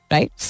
Right